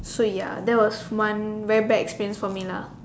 so ya that was one very bad experience for me lah